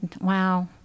wow